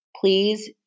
please